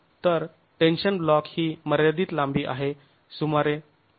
तर tension block ही मर्यादित लांबी आहे सुमारे 0